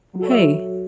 hey